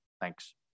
Thanks